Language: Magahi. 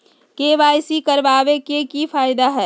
के.वाई.सी करवाबे के कि फायदा है?